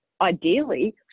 ideally